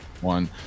one